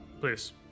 please